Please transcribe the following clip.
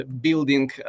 building